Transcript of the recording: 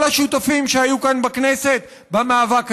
כל השותפים שהיו כאן בכנסת במאבק הזה.